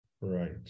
Right